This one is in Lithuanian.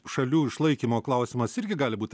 šalių išlaikymo klausimas irgi gali būti